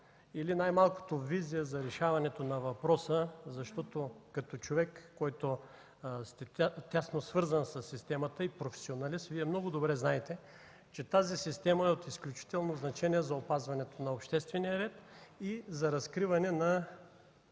или най-малкото визия за решаването на въпроса, защото сте човек, свързан тясно със системата и професионалист. Вие много добре знаете, че тази система е от изключително значение за опазването на обществения ред и за разкриване на